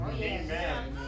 Amen